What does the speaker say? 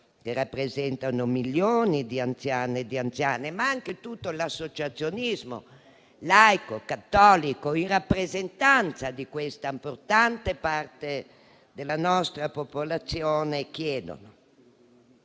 che rappresentano milioni di anziani e di anziane, ma anche tutto l'associazionismo laico e cattolico, in rappresentanza di questa importante parte della nostra popolazione.